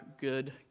good